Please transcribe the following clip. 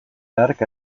hark